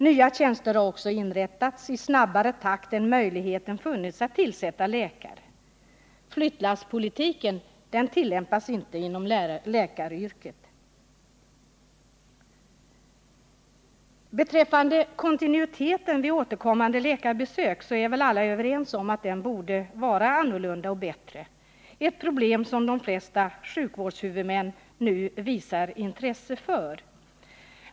Nya tjänster har också inrättats i snabbare takt än det har varit möjligt att tillsätta läkare. Flyttlasspolitiken tillämpas inte inom läkaryrket. Alla är väl överens om att kontinuiteten vid återkommande läkarbesök borde vara annorlunda och bättre, ett problem som de flesta sjukvårdshuvudmän nu visar intresse för.